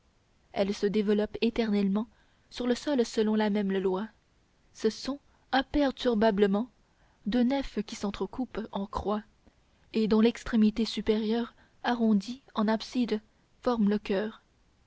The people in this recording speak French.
elle se développe éternellement sur le sol selon la même loi ce sont imperturbablement deux nefs qui s'entrecoupent en croix et dont l'extrémité supérieure arrondie en abside forme le choeur